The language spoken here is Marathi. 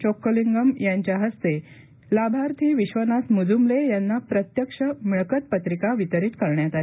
चोक्कलिंगम यांच्या हस्ते लाभार्थी विश्वनाथ म्ज्मले यांना प्रत्यक्ष मिळकत पत्रिका वितरित करण्यात आली